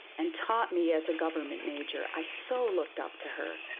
and taught me as a government major. i so looked up to her.